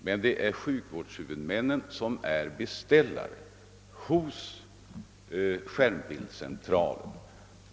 Men det är sjukvårdshuvudmännen som är beställare hos skärmbildscentralen.